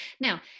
Now